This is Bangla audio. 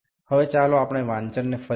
এখন আসুন আমরা আবারও পাঠটি দেখি